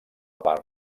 part